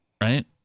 Right